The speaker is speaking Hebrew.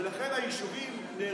ולכן היישובים נהרסו,